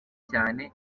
cyane